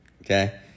Okay